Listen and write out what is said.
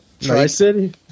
Tri-City